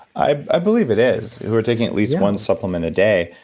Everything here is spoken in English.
i believe it is, who are taking at least one supplement a day.